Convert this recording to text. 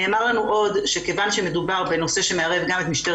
נאמר לנו עוד שכיוון שמדובר בנושא שמערב גם את משטרת